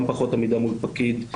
גם פחות עמידה מול פקיד,